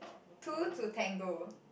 two to tango